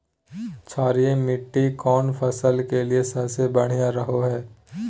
क्षारीय मिट्टी कौन फसल के लिए सबसे बढ़िया रहो हय?